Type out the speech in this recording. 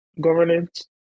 governance